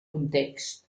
context